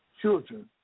children